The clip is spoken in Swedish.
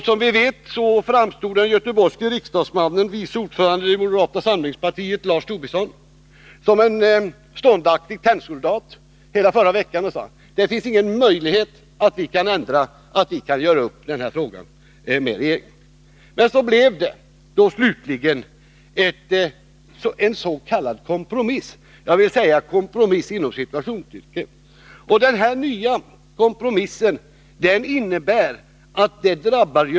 Som vi vet framstod den göteborgske riksdagsmannen och vice ordföranden i moderata samlingspartiet Lars Tobisson som en ståndaktig tennsoldat hela förra veckan. Han sade då: Det finns ingen möjlighet att vi kan ändra oss och göra upp med regeringen i den här frågan.